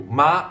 ma